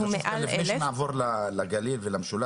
הוא מעל 1,000. אבל חשוב כאן לפני שנעבור לגליל ולמשולש,